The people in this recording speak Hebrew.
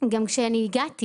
גם כשהגעתי